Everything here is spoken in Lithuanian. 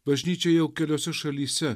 bažnyčia jau keliose šalyse